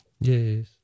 yes